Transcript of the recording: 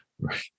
Right